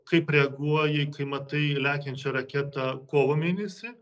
kaip reaguoji kai matai lekiančią raketą kovo mėnesį